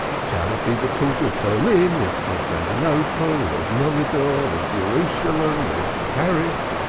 shall it be the talk of berlin, of constantinople, of mogadore, of jerusalem, of paris,